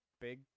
big